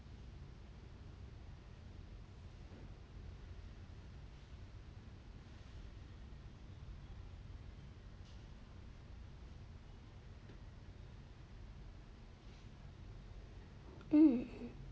hmm